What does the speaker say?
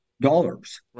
dollars